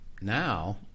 Now